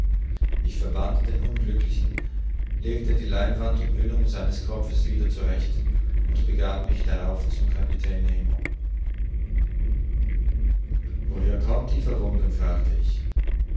ich verband den unglücklichen legte die leinwandumhüllung seines kopfes wieder zurecht und begab mich darauf zum kapitän nemo woher kommt die verwundung fragte ich